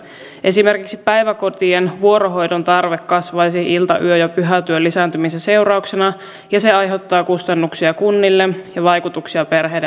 esimerkiksi päiväkotien vuorohoidon tarve kasvaisi ilta yö ja pyhätyön lisääntymisen seurauksena ja se aiheuttaa kustannuksia kunnille ja vaikutuksia perheiden arkeen